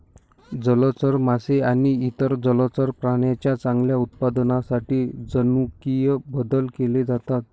जलचर मासे आणि इतर जलचर प्राण्यांच्या चांगल्या उत्पादनासाठी जनुकीय बदल केले जातात